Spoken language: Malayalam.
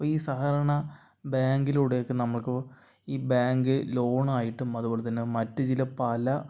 അപ്പോൾ ഈ സഹകരണ ബാങ്കിലൂടെ ഒക്കെ നമുക്ക് ഈ ബാങ്ക് ലോൺ ആയിട്ടും അതുപോലെത്തന്നെ മറ്റു ചില പല